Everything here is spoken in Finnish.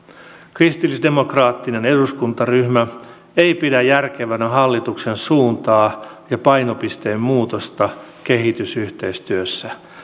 kristillisdemokraattinen eduskuntaryhmä ei pidä järkevänä hallituksen suuntaa ja painopisteen muutosta kehitysyhteistyössä